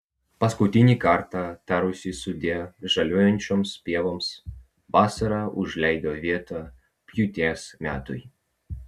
paskutinį kartą tarusi sudie žaliuojančioms pievoms vasara užleido vietą pjūties metui